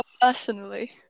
personally